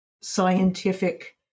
scientific